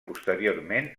posteriorment